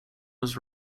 was